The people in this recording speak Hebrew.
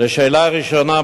לשאלה הראשונה,